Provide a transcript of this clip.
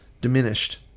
diminished